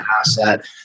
asset